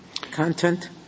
content